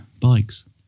bikes